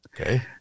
Okay